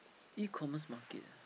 E-commerce market ah